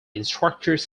instructors